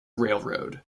railroad